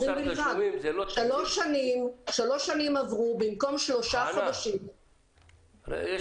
שלוש שנים עברו במקום שלושה חודשים ומשרד